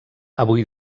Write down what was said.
avui